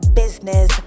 business